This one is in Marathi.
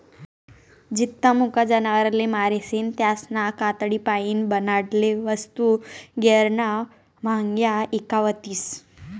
जित्ता मुका जनावरसले मारीसन त्यासना कातडीपाईन बनाडेल वस्तू गैयरा म्हांग्या ईकावतीस